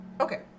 Okay